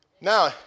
Now